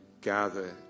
gather